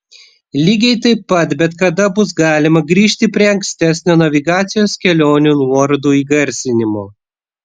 lygiai taip pat bet kada bus galima grįžti prie ankstesnio navigacijos kelionių nuorodų įgarsinimo